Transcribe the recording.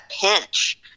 pinch